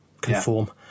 conform